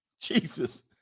jesus